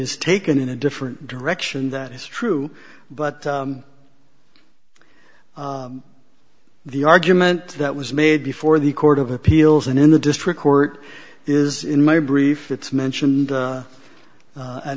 is taken in a different direction that is true but the argument that was made before the court of appeals and in the district court is in my brief it's mentioned